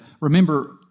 Remember